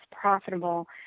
profitable